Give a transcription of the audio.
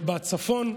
בצפון,